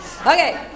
Okay